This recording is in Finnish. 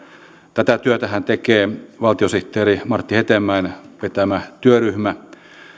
tätä työtähän tekee valtiosihteeri martti hetemäen vetämä työryhmä